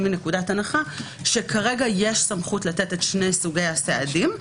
מנקודת הנחה שכרגע יש סמכות לתת שני סוגי הסעדים.